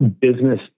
business